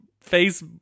face